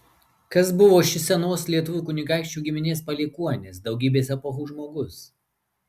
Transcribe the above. kas buvo šis senos lietuvių kunigaikščių giminės palikuonis daugybės epochų žmogus